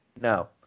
No